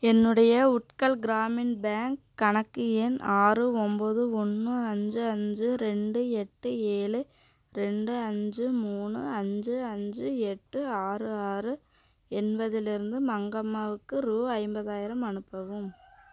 என்னுடைய உட்கல் கிராமின் பேங்க் கணக்கு எண் ஆறு ஒன்போது ஒன்று அஞ்சு அஞ்சு ரெண்டு எட்டு ஏழு ரெண்டு அஞ்சு மூணு அஞ்சு அஞ்சு எட்டு ஆறு ஆறு என்பதிலிருந்து மங்கம்மாவுக்கு ரூ ஐம்பதாயிரம் அனுப்பவும்